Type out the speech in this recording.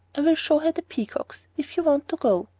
i will show her the peacocks, if you want to go.